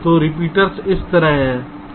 तो रिपीटर्स इस तरह हैं